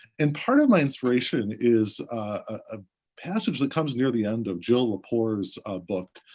and part of my inspiration is a passage that comes near the end of jill lepore's book,